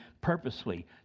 purposely